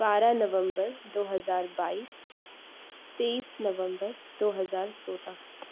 بارہ نومبر دو ہزار بائیس تیس نومبر دو ہزار سولہ